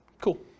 Cool